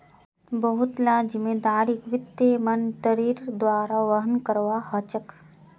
बहुत ला जिम्मेदारिक वित्त मन्त्रीर द्वारा वहन करवा ह छेके